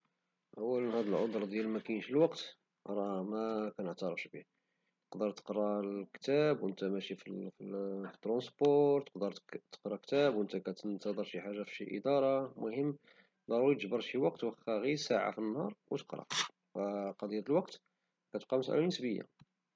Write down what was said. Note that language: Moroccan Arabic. اولا هاد العدر ديال مكاينش الوقت راه مكنعتارفش به تقدر تقرا كتاب او نتا ماشي في الترونسبور تقدر تقرا كتاب او نتا كتنتاضر شي حاجة فشي ادارة المهم غادي تجبر شي وقت وخا غير ساعة فالنهار او غادي تقرا فمسألة الوقت كتبقا غير نسبية